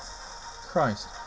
Christ